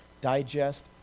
digest